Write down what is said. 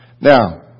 Now